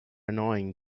annoying